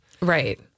right